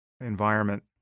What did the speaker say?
environment